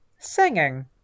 Singing